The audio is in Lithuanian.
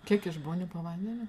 kiek išbūni po vandeniu